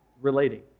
relating